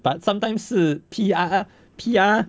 but sometimes 是 P_R P_R